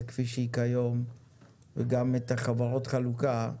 כפי שהיא כיום וגם את החברות חלקוה,